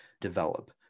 develop